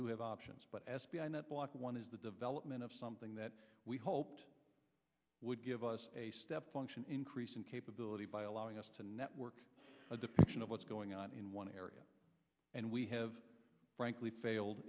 do have options but s p n that block one is the development of something that we hoped would give us a step function increase in capability by allowing us to network a depiction of what's going on in one area and we have frankly failed